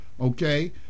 okay